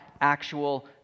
actual